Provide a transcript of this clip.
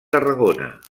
tarragona